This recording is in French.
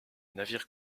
navire